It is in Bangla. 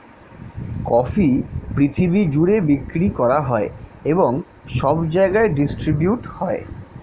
কফি পৃথিবী জুড়ে বিক্রি করা হয় এবং সব জায়গায় ডিস্ট্রিবিউট হয়